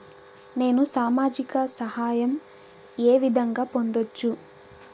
నేను సామాజిక సహాయం వే విధంగా పొందొచ్చు?